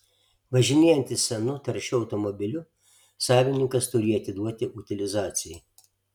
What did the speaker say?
važinėjantis senu taršiu automobiliu savininkas turi jį atiduoti utilizacijai